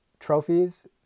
trophies